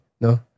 No